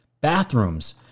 Bathrooms